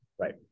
Right